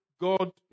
God